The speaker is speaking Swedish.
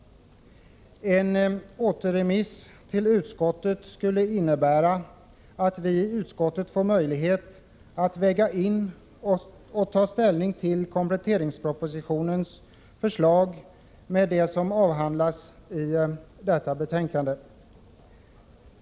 En återremiss till utskottet skulle innebära att vi i utskottet får möjlighet att väga in och ta ställning till kompletteringspropositionens förslag i och med behandlingen av detta betänkande.